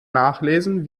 nachlesen